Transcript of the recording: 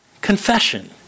confession